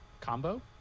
Combo